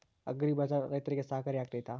Agri Bazaar ರೈತರಿಗೆ ಸಹಕಾರಿ ಆಗ್ತೈತಾ?